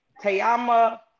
Tayama